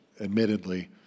admittedly